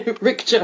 Rick